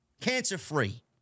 Cancer-free